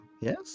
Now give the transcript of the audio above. Yes